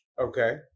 okay